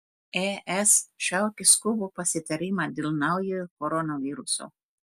es šaukia skubų pasitarimą dėl naujojo koronaviruso